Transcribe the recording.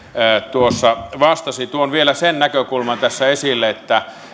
tuossa vastasi tuon vielä sen näkökulman tässä esille että